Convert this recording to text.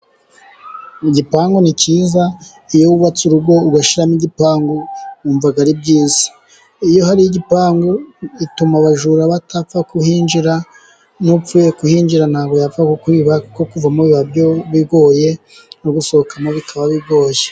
Igipangu ni cyiza iyo wubatse urugo ugashyiramo igipangu wumva ari byiza, iyo hari igipangu gituma abajura batapfa kuhinjira n'upfuye kuhinjira ntabwo yapfa kukwiba ,kuko kuvamo biba bigoye no gusohokamo bikaba bigoye.